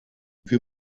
wir